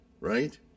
right